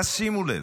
תשימו לב: